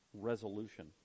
resolution